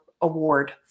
award